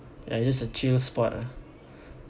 ya use a chill spot ah